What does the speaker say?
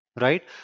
right